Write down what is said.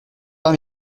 pas